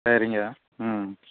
சரிங்க ம்